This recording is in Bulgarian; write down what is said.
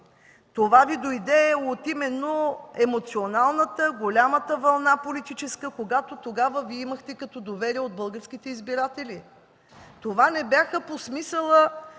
Това Ви дойде от емоционалната, голямата политическа вълна, която тогава Вие имахте като доверие от българските избиратели. Това не бяха по смисъла